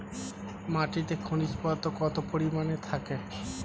মাটিতে খনিজ পদার্থ কত পরিমাণে থাকে?